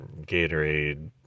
Gatorade